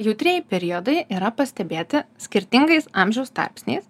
jautrieji periodai yra pastebėti skirtingais amžiaus tarpsniais